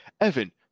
Evan